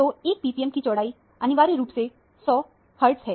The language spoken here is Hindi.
तो 1 ppm की चौड़ाई अनिवार्य रूप से 100 हर्टज है